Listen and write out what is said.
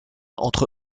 entre